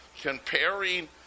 comparing